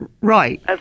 Right